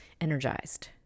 energized